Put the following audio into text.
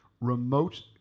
remote